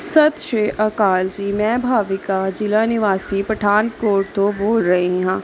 ਸਤਿ ਸ਼੍ਰੀ ਅਕਾਲ ਜੀ ਮੈਂ ਭਾਵੀਕਾ ਜ਼ਿਲ੍ਹਾ ਨਿਵਾਸੀ ਪਠਾਨਕੋਟ ਤੋਂ ਬੋਲ ਰਹੀ ਹਾਂ